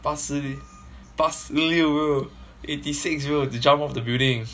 八十六八十六 bro eighty six bro to jump off the building